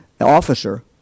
officer